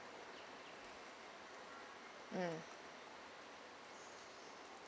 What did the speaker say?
mm